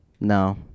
No